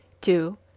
Two